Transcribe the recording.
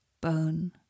Bone